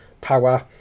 power